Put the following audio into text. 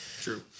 True